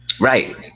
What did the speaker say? Right